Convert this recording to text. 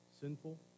sinful